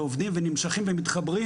ועובדים ונמשכים ומתחברים,